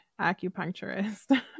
acupuncturist